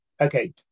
Okay